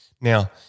Now